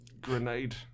grenade